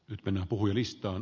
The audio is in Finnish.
toivotaan näin